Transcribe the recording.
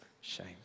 shame